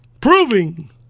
proving